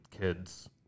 kids